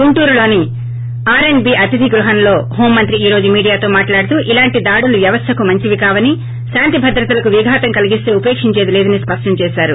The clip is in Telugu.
గుంటూరులోని ఆర్అండ్బీ అతిథిగ్వాహంలో హోం మంత్రి ఈ రోజు మీడియాతో మాటలాడుతూ ఇలాంటి దాడులు వ్యవస్లకు మంచివికావని శాంతిభద్రతలకు విఘాతం కలిగిస్తే ఉపేకించేది లేదని సృష్టం చేసారు